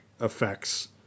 effects